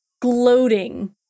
gloating